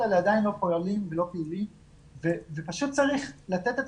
האלה עדיין לא כוללים ולא כלולים ופשוט צריך לתת את